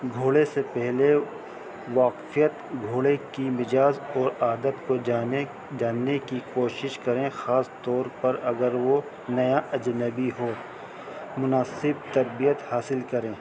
گھوڑے سے پہلے واقفیت گھوڑے کی مجااز اور عادت کو جانے جاننے کی کوشش کریں خاص طور پر اگر وہ نیا اجنبی ہو مناسب تربیت حاصل کریں